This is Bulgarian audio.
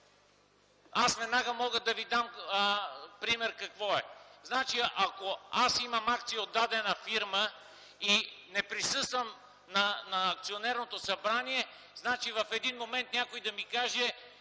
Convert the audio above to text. Аз веднага мога да ви дам пример какво е. Ако аз имам акции от дадена фирма и не присъствам на акционерното събрание, значи в един момент някой да ми каже: